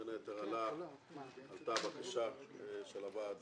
בין היתר עלתה בקשה של הוועד